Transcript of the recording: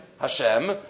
Hashem